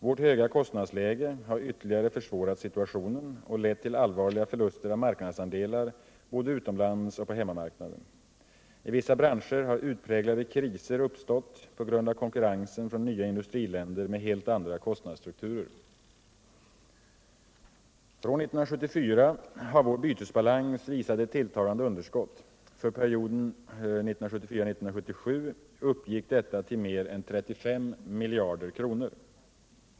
Vårt höga kostnadsläge har ytterligare försvårat situationen och lett till allvarliga förluster av marknadsandelar både utomlands och på hemmamarknaden. I vissa branscher har utpräglade kriser uppstått på grund av konkurrensen från nya industriländer med helt andra kostnadsstrukturer. Från 1974 har vår bytesbalans visat ett tilltagande underskott. För perioden 1974-1977 uppgick detta till mer än 35 miljarder kronor.